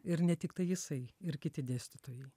ir ne tiktai jisai ir kiti dėstytojai